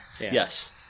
Yes